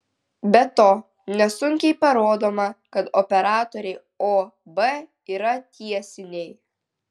be to nesunkiai parodoma kad operatoriai o b yra tiesiniai